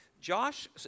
Josh